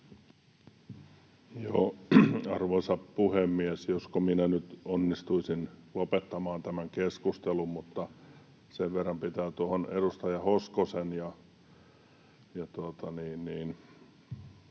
Arvoisa puhemies! Josko minä nyt onnistuisin lopettamaan tämän keskustelun. — Sen verran pitää sanoa tuohon edustaja Hoskosen